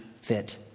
fit